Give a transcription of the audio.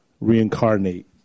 reincarnate